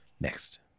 Next